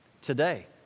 today